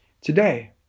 today